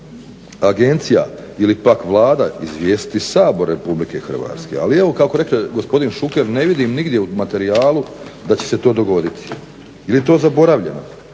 agencija ili pak Vlada izvijestiti Sabor RH, ali evo kako reče gospodin Šuker ne vidim nigdje u materijalu da će se to dogoditi. Ili je to zaboravljeno